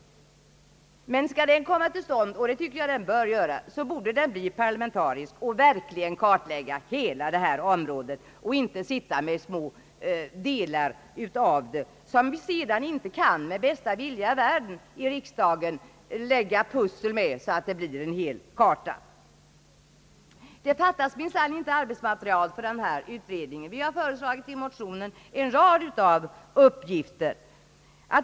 Men skall den komma till stånd, och det tycker jag den bör göra, borde den bli parlamentarisk och verkligen kartlägga hela detta område och inte sitta med små detaljer, vilka riksdagen sedan inte med bästa vilja i världen kan lägga pussel med så att de blir till en hel karta. Det fattas minsann inte arbetsmaterial för denna utredning. Vi har i motionen föreslagit en rad av uppgifter.